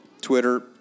Twitter